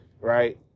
right